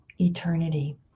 eternity